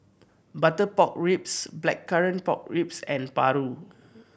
butter pork ribs Blackcurrant Pork Ribs and paru